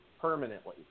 permanently